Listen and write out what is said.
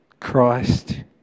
Christ